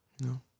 no